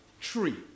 tree